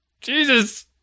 Jesus